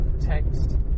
text